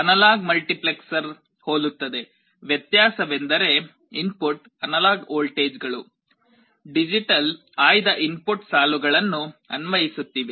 analogue multiplexer ಹೋಲುತ್ತದೆ ವ್ಯತ್ಯಾಸವೆಂದರೆ input analogue ವೋಲ್ಟೇಜ್ಗಳು ಡಿಜಿಟಲ್ ಆಯ್ದ ಇನ್ ಪುಟ್ ಸಾಲುಗಳನ್ನು ಅನ್ವಯಿಸುತ್ತಿವೆ